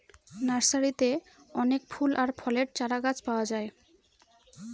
নার্সারিতে অনেক ফুল আর ফলের চারাগাছ পাওয়া যায়